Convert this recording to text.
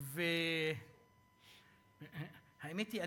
האמת היא,